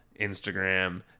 Instagram